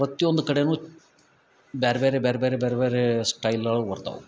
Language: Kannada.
ಪ್ರತ್ಯೊಂದು ಕಡೆನೂ ಬ್ಯಾರೆ ಬ್ಯಾರೆ ಬ್ಯಾರೆ ಬ್ಯಾರೆ ಬ್ಯಾರೆ ಬ್ಯಾರೆ ಸ್ಟೈಲ್ ಒಳಗೆ ಬರ್ತಾವು